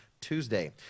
Tuesday